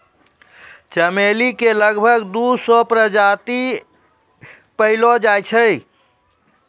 चमेली के लगभग दू सौ प्रजाति पैएलो जाय छै